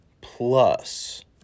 Plus